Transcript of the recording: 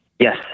Yes